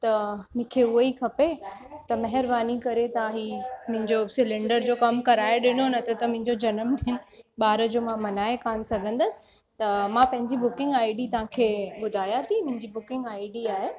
त मूंखे उहे ई खपे त महिरबानी करे तव्हां हीउ मुंहिंजो सिलेंडर जो कमु कराए ॾिनो न त त मुंहिंजो जनम दिन ॿार जो मां मल्हाए कान सघंदसि त मां पंहिंजी बुकिंग आई डी तव्हां खे ॿुधायां थी मुंहिंजी बुकिंग आई डी आहे